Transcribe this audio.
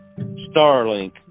Starlink